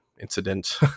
incident